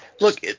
look